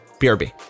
BRB